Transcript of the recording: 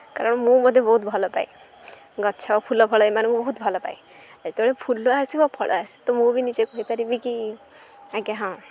କାରଣ ମୁଁ ମଧ୍ୟ ବହୁତ ଭଲପାଏ ଗଛ ଫୁଲ ଫଳ ଏମାନଙ୍କୁ ବହୁତ ଭଲପାଏ ଯେତେବେଳେ ଫୁଲ ଆସିବ ଫଳ ଆସେ ତ ମୁଁ ବି ନିଜେ କହିପାରିବି କି ଆଜ୍ଞା ହଁ